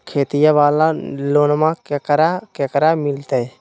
खेतिया वाला लोनमा केकरा केकरा मिलते?